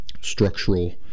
structural